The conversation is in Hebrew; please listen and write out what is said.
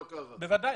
המתווה הזה,